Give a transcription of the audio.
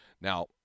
Now